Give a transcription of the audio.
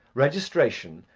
registration,